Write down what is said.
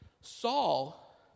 saul